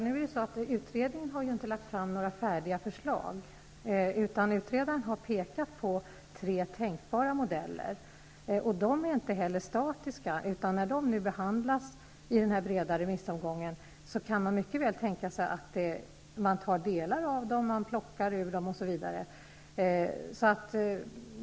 Herr talman! Utredningen har ju inte lagt fram några färdiga förslag, utan man har pekat på tre tänkbara modeller. De är inte statiska, utan när de behandlas i den breda remissomgången kan det mycket väl tänkas att man tar delar av dem, plockar ur dem osv.